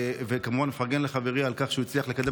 וכמובן מפרגן לחברי על כך שהוא הצליח לקדם